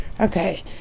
Okay